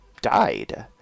died